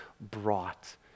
brought